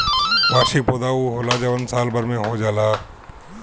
वार्षिक पौधा उ होला जवन साल भर में हो जाला